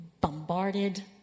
bombarded